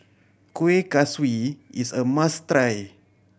Kuih Kaswi is a must try